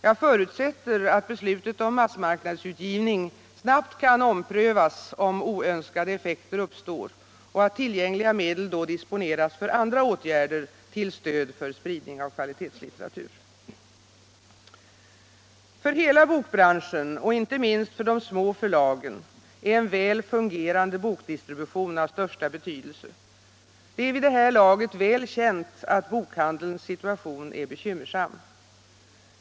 Jag förutsätter att beslutet om massmarknadsutgivning snabbt kan omprövas om oönskade effekter uppstår och att tillgängliga medel då disponeras för andra åtgärder till stöd för spridning av kvalitetslitteratur. För hela bokbranschen, och inte minst för de små förlagen, är en väl fungerande bokdistribution av största betydelse. Det är vid det här laget väl känt att bokhandelns situation är bekymmersam.